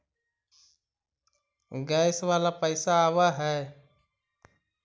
Gas वाला पैसा आव है?